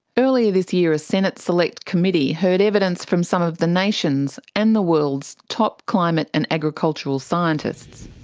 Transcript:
earlier this year a senate select committee heard evidence from some of the nation's and the world's top climate and agricultural scientists.